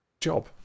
job